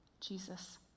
Jesus